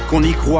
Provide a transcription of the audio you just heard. unique